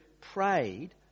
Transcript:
prayed